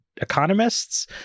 economists